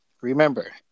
remember